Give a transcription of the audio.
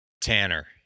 Tanner